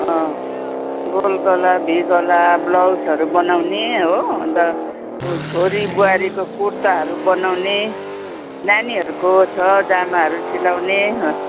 goal गला भी गला ब्लाउसहरू बनाउने हो अन्त ऊ छोरी बुहारीको कुर्ताहरू बनाउने नानीहरूको छ जामाहरू सिलाउने